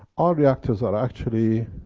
our reactors are actually.